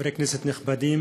חברי כנסת נכבדים,